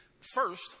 First